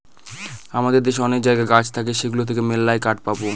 আমাদের দেশে অনেক জায়গায় গাছ থাকে সেগুলো থেকে মেললাই কাঠ পাবো